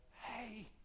hey